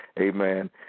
Amen